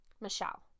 Michelle